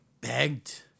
begged